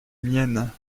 miennes